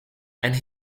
and